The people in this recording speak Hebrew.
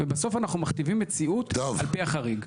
ובסוף, אנחנו מכתיבים מציאות על פי החריג.